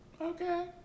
Okay